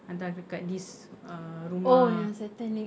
hantar kat this err rumah